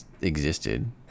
existed